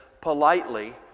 politely